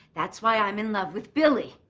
that's why i'm in love with billy.